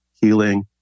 healing